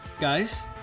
guys